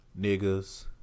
niggas